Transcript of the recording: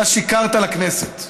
אתה שיקרת לכנסת.